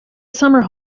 summer